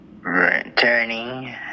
returning